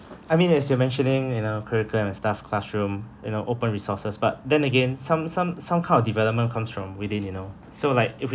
I mean as you're mentioning you know curriculum and stuff classroom iou know open resources but then again some some some kind of development comes from within you know so like if we